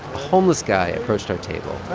homeless guy approached our table